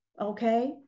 okay